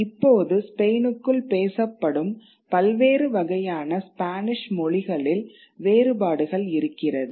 இப்போது ஸ்பெயினுக்குள் பேசப்படும் பல்வேறு வகையான ஸ்பானிஷ் மொழிகளில் வேறுபாடுகள் இருக்கிறது